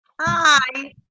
Hi